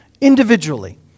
individually